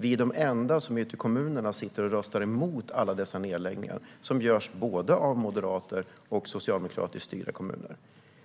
Vi är de enda som ute i kommunerna röstar emot de nedläggningar som görs av både moderat och socialdemokratiskt styrda kommuner.